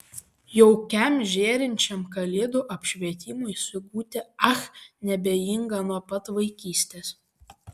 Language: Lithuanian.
jaukiam žėrinčiam kalėdų apšvietimui sigutė ach neabejinga nuo pat vaikystės